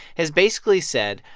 has basically said,